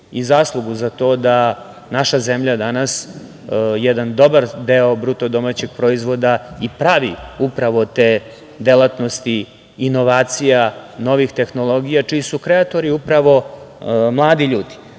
i zaslugu za to da naša zemlja danas jedan dobar deo BDP-a i pravi upravo od te delatnosti inovacija, novih tehnologija, čiji su kreatori upravo mladi ljudi. Ono